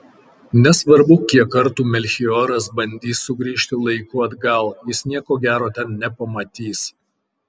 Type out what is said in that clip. nesvarbu kiek kartų melchioras bandys sugrįžti laiku atgal jis nieko gero ten nepamatys